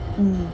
mm